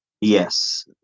Yes